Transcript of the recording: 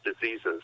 diseases